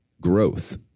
growth